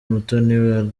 umutoni